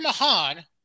Mahan